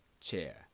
chair